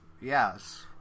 Yes